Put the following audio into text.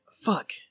fuck